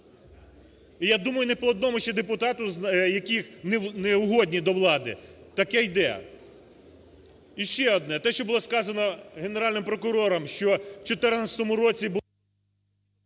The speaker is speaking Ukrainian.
і, я думаю, не по одному ще депутату, які не угодні до влади, таке йде. Ще одне. Те, що було сказано Генеральним прокурором, що у 2014 році…